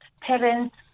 parents